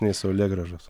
nei saulėgrąžos